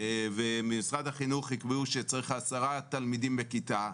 ומשרד החינוך יקבעו שצריך 10 תלמידים בכיתה,